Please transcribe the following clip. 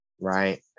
Right